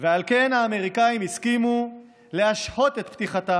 ועל כן האמריקאים הסכימו להשהות את פתיחתה